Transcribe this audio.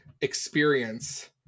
experience